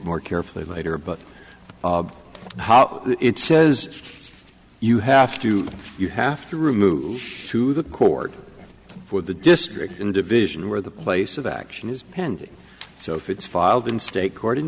more carefully later but it says you have to you have to remove to the court for the district in division where the place of action is pending so if it's filed in state court in